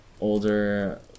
older